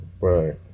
Right